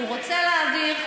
והוא רוצה להעביר,